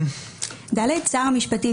"(ד)שר המשפטים,